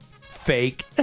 Fake